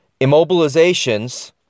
Immobilizations